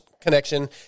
Connection